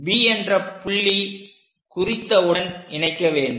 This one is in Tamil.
B என்ற புள்ளி குறித்த உடன் இணைக்க வேண்டும்